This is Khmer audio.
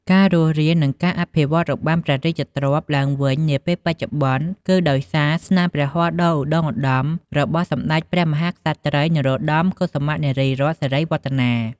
ការរស់រាន និងការអភិវឌ្ឍន៍របាំព្រះរាជទ្រព្យឡើងវិញនាពេលបច្ចុប្បន្ន គឺដោយសារស្នាព្រះហស្តដ៏ឧត្ដុង្គឧត្ដមរបស់ សម្ដេចព្រះមហាក្សត្រី នរោត្តម កុសុមៈ នារីរ័ត្ន សិរីវឌ្ឍនា។